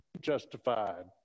justified